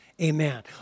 amen